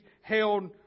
held